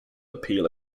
appeal